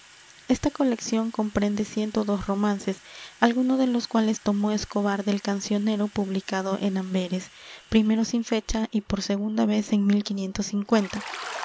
esta colección comprende ciento dos romances algunos de los cuales tomó escobar del cancionero publicado en amberes primero sin fecha y por segunda vez en